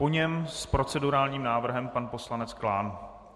Po něm s procedurálním návrhem pan poslanec Klán.